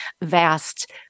vast